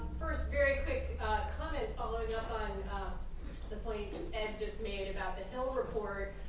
first, very quick comment following up like the point ed just made about the hill report.